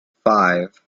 five